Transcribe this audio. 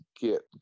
get